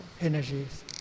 energies